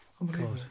Unbelievable